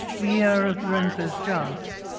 the year of lorenzo's joust,